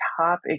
Top